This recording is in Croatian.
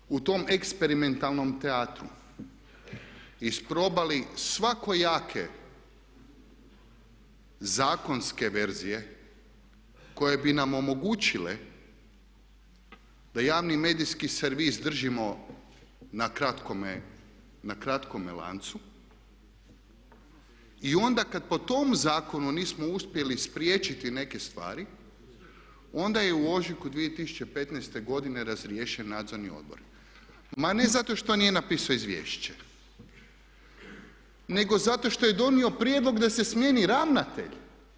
Tako da kad smo već u tom eksperimentalnom teatru isprobali svakojake zakonske verzije koje bi nam omogućile da javni medijski servis držimo na kratkome lancu i onda kad po tom zakonu nismo uspjeli spriječiti neke stvari, onda je u ožujku 2015. godine razriješen Nadzorni odbor, ma ne zato što nije napisao izvješće, nego zato što je donio prijedlog da se smijeni ravnatelj.